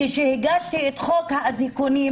כשהגשתי את חוק האזיקונים,